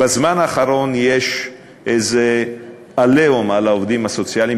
בזמן האחרון יש איזה "עליהום" על העובדים הסוציאליים,